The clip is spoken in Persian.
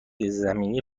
زمینی